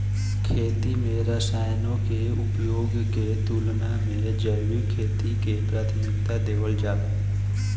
खेती में रसायनों के उपयोग के तुलना में जैविक खेती के प्राथमिकता देवल जाला